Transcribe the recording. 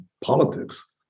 politics